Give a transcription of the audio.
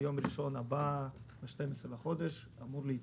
וביום ראשון הבא ב-12 בדצמבר זה אמור להיפתח.